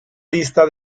lista